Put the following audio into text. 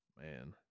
Man